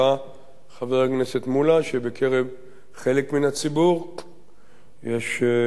חבר הכנסת מולה, שבקרב חלק מן הציבור יש נטייה